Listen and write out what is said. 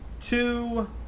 two